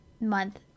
month